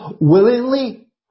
willingly